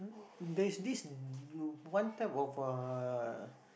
there's this you one type of uh